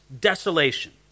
desolation